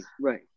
right